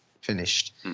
finished